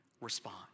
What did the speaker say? respond